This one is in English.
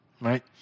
Right